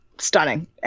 Stunning